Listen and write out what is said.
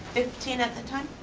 fifteen at the time?